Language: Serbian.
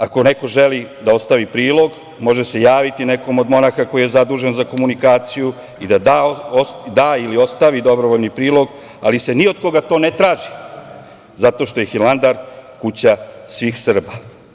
Ako neko želi da ostavi prilog može se javiti nekom od monaha koji je zadužen za komunikaciju i da da ili ostavi dobrovoljni prilog, ali se ni od koga to ne traži, zato što je Hilandar kuća svih Srba.